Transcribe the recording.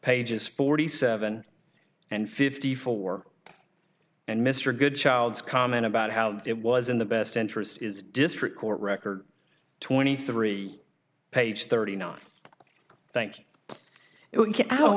pages forty seven and fifty four and mr goodchild comment about how it was in the best interest is district court record twenty three page thirty nine thank